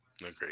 agree